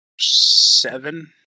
seven